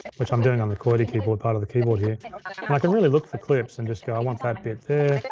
which i'm doing on the qwerty keyboard part of the keyboard here. and i can really look for clips and just go, i want that bit there.